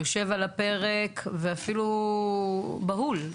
יושב על הפרק ואפילו בהול,